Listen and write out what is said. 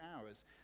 hours